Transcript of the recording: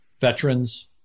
veterans